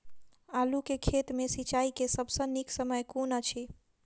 आलु केँ खेत मे सिंचाई केँ सबसँ नीक समय कुन अछि?